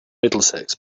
middlesex